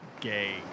gay